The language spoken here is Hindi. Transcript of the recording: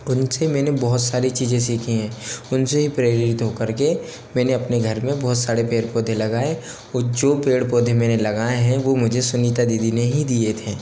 उन से मैंने बहुत सारी चीज़ें सीखी हैं उन से ही प्रेरित हो कर के मैंने अपने घर में बहोत सारे पेड़ पौधे लगाए ओ जो पेड़ पौधे मैंने लगाए हैं वो मुझे सुनीता दीदी ने ही दिए थे